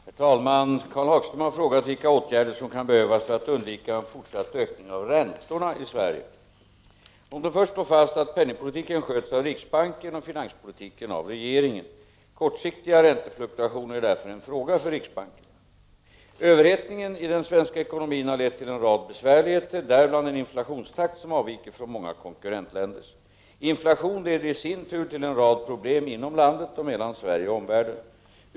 Herr talman! Karl Hagström har frågat vilka åtgärder som kan behövas för att undvika en fortsatt ökning av räntorna i Sverige. Låt mig först slå fast att penningpolitiken sköts av riksbanken och finanspolitiken av regeringen. Kortsiktiga räntefluktuationer är därför en fråga för riksbanken. Överhettningen i den svenska ekonomin har lett till en rad besvärligheter, däribland en inflationstakt som avviker från många konkurrentländers. Inflation leder i sin tur till en rad problem inom landet och mellan Sverige och omvärlden.